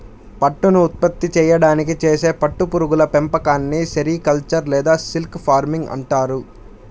పట్టును ఉత్పత్తి చేయడానికి చేసే పట్టు పురుగుల పెంపకాన్ని సెరికల్చర్ లేదా సిల్క్ ఫార్మింగ్ అంటారు